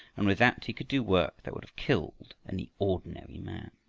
and with that he could do work that would have killed any ordinary man.